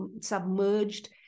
submerged